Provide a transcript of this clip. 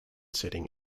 setting